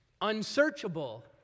Unsearchable